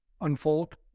unfold